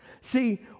See